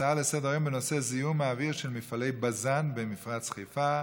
הצעות לסדר-היום בנושא: זיהום האוויר של מפעלי בז"ן במפרץ חיפה,